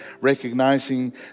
recognizing